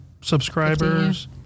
subscribers